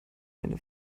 eine